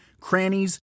crannies